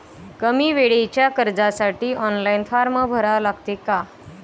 कमी वेळेच्या कर्जासाठी ऑनलाईन फारम भरा लागते का?